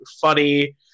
funny